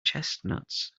chestnuts